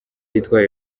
yitwa